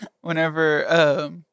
whenever